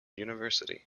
university